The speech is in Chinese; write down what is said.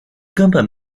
根本